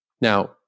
Now